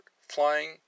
flying